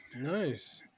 Nice